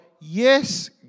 yes